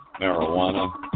marijuana